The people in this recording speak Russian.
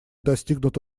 достигнут